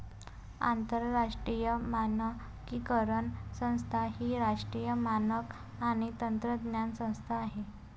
आंतरराष्ट्रीय मानकीकरण संस्था ही राष्ट्रीय मानक आणि तंत्रज्ञान संस्था आहे